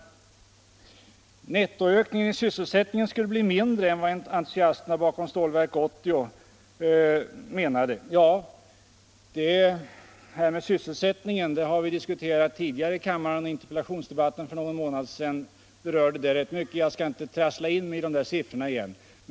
För det sjätte hävdades att nettoökningen i sysselsättning skulle bli mindre än entusiasterna bakom Stålverk 80 menade. - Denna fråga har vi diskuterat tidigare i kammaren, och interpellationsdebatten för någon månad sedan berörde det rätt mycket. Jag skall inte trassla in mig i de siffrorna igen.